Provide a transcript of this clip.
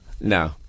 No